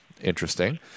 Interesting